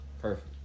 perfect